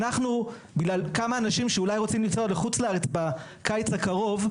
בגלל כמה אנשים שאולי רוצים לנסוע לחוץ לארץ בקיץ הקרוב,